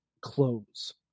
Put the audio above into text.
clothes